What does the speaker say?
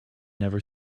never